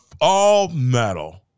all-metal